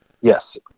Yes